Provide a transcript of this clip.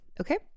okay